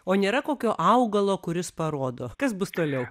o nėra kokio augalo kuris parodo kas bus toliau